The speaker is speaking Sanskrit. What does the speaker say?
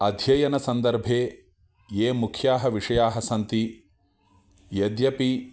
अध्ययनसन्दर्भे ये मुख्याः विषयाः सन्ति यद्यपि